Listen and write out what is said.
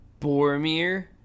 Boromir